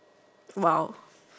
!wow!